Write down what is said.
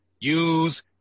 use